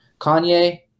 Kanye